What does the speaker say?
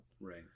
Right